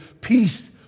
peace